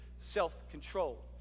self-control